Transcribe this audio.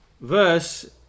verse